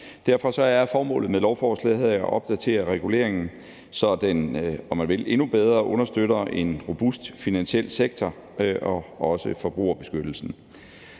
Derfor er formålet med lovforslaget her at opdatere reguleringen, så den, om man vil, endnu bedre understøtter en robust finansiel sektor og også forbrugerbeskyttelsen.